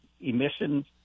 emissions